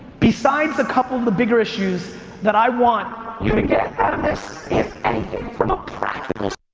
besides a couple of the bigger issues that i want you to get out of this, is anything from a practical